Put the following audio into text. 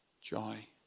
Johnny